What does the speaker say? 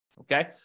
okay